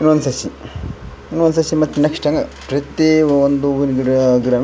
ಇನ್ನೊಂದು ಸಸಿ ಇನ್ನೊಂದು ಸಸಿ ಮತ್ತು ನೆಕ್ಸ್ಟ್ ಹೆಂಗೆ ಪ್ರತ್ತಿಯೊಂದು ಹೂವಿನ್ ಗಿಡ ಗಿಡಾ